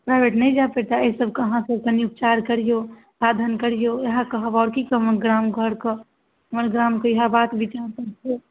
private नहि जाय पड़ितए एहि सभके अहाँसभ कनि उपचार करिऔ साधन करिऔ इएह कहब आओर की कहब ग्राम घरके हमर ग्रामके इएह बात विचारसभ छै